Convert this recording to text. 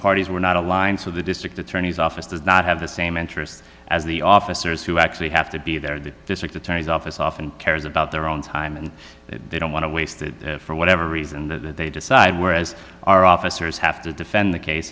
parties were not aligned so the district attorney's office does not have the same interests as the officers who actually have to be there the district attorney's office often cares about their own time and they don't want to waste it for whatever reason that they decide whereas our officers have to defend the case